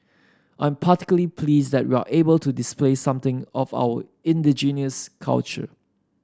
I'm particularly pleased that we're able to display something of our indigenous culture